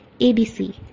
ABC